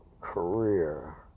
career